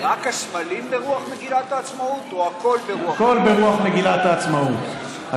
רק הסמלים ברוח מגילת העצמאות או הכול ברוח מגילת העצמאות?